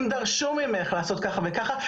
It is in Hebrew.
אם דרשו ממך לעשות ככה וככה,